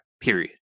period